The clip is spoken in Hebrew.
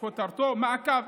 כותרתו של חלק 5: מעקב.